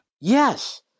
Yes